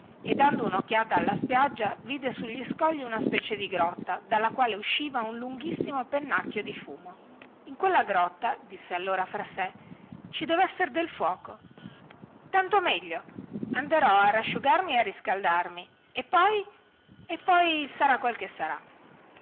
e dando un occhiata alla spiaggia vide sugli scogli una specie di grotta dalla quale usciva un lunghissimo pennacchio di fumo in quella grotta disse allora fra sé ci deve essere del fuoco tanto meglio anderò a rasciugarmi e a riscaldarmi e poi e poi sarà quel che sarà